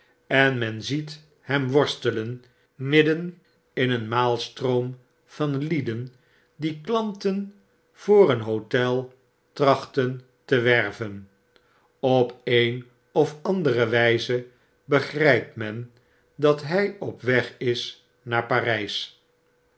en men ziet hem worstelen midden in een maalstroom van lieden die klanten voor een hotel trachten te werven op een of andere wyze begrypt men dat hy op weg is naar parijs